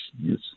yes